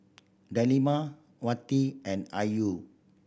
Delima Wati and Ayu